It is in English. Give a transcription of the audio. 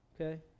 Okay